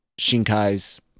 Shinkai's